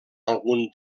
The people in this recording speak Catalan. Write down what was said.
algun